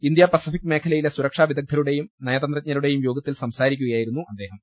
India Pacific മേഖലയിലെ സുരക്ഷാ വിദഗ്ധരുടെയും നയതന്ത്രജ്ഞരുടെയും യോഗത്തിൽ സംസാരിക്കുകയായി രുന്നു അദ്ദേഹം